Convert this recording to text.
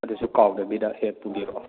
ꯑꯗꯨꯁꯨ ꯀꯥꯎꯗꯕꯤꯗ ꯍꯦꯛ ꯄꯨꯕꯤꯔꯛꯑꯣ